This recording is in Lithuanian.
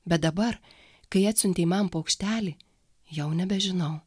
bet dabar kai atsiuntei man paukštelį jau nebežinau